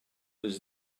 was